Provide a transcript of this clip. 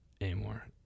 anymore